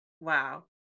wow